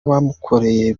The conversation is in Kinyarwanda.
bamukoreye